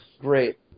Great